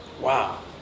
Wow